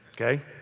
Okay